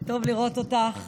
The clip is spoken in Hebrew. טוב לראות אותך.